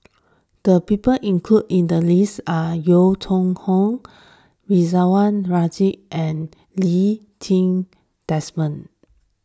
the people included in the list are Yeo Hoe Koon Ridzwan Dzafir and Lee Ti Seng Desmond